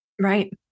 Right